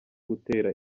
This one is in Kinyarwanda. gutera